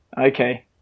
okay